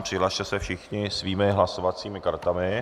Přihlaste se všichni svými hlasovacími kartami.